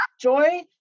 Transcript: joy